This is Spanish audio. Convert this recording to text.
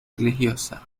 religiosa